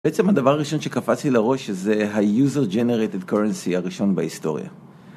בעצם הדבר הראשון שקפץ לי לראש שזה ה-user generated currency הראשון בהיסטוריה